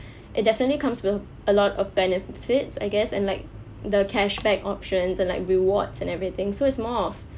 it definitely comes with a lot of benefits I guess and like the cashback options and like rewards and everything so it's more of